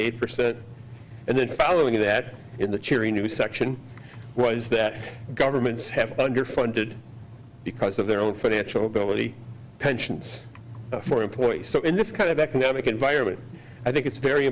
eight percent and then following that in the cheery new section was that governments have underfunded because of their own financial ability pensions for employees so in this kind of economic environment i think it's very